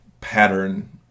pattern